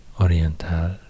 oriental